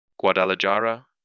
Guadalajara